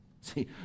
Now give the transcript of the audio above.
see